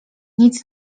nic